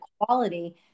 quality